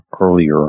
earlier